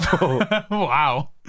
Wow